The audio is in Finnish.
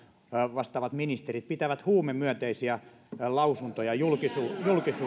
vastaavat ministerit pitävät huumemyönteisiä lausuntoja julkisuudessa